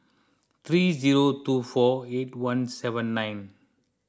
three zero two four eight one seven nine